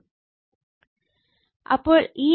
അപ്പോൾ ഈ angle 30o ആണ്